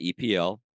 EPL